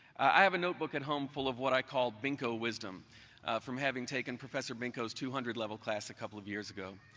i have a notebook at home full of what i call binko-wisdom from having taken professor binko's two hundred level class a couple of years ago.